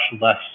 less